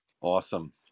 Awesome